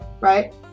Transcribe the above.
right